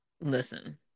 listen